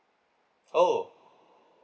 oh